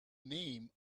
name